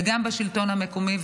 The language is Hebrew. וגם בשלטון המקומי.